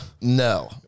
No